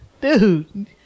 Dude